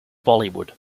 bollywood